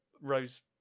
rose